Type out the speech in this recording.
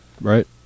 right